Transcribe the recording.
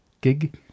gig